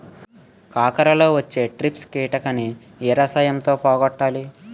కాకరలో వచ్చే ట్రిప్స్ కిటకని ఏ రసాయనంతో పోగొట్టాలి?